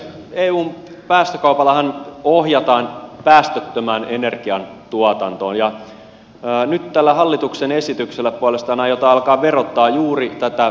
eun päästökaupallahan ohjataan päästöttömään energiantuotantoon ja nyt tällä hallituksen esityksellä puolestaan aiotaan alkaa verottaa juuri tätä päästötöntä energiaa